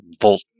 Volt